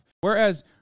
whereas